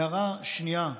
הערה שנייה,